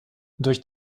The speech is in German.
durch